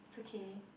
it's okay